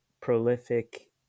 prolific